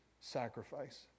sacrifice